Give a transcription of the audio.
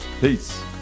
peace